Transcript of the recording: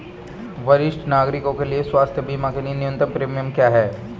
वरिष्ठ नागरिकों के स्वास्थ्य बीमा के लिए न्यूनतम प्रीमियम क्या है?